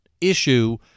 issue